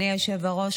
אדוני היושב-ראש,